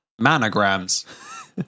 Manograms